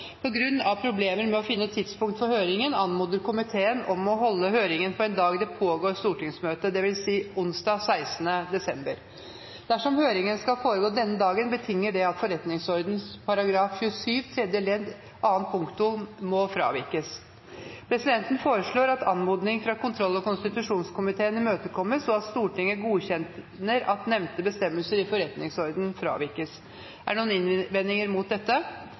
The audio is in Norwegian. problemer med å finne tidspunkt for høringen anmoder komiteen om å holde høringen på en dag det pågår stortingsmøte, dvs. onsdag 16. desember. Dersom høringen skal foregå denne dagen, betinger det at forretningsordenens § 27 tredje ledd annet punktum må fravikes. Presidenten foreslår at anmodningen fra kontroll- og konstitusjonskomiteen imøtekommes, og at Stortinget godkjenner at nevnte bestemmelse i forretningsordenen fravikes. Er det noen innvendinger mot dette?